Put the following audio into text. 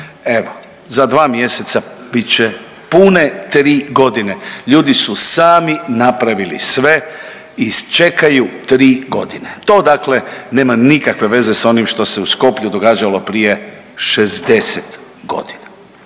za 2 mjeseca bit će pune tri godine. Ljudi su sami napravili sve i čekaju tri godine. To dakle nema nikakve veze sa onim što se u Skopju događalo prije 60 godina.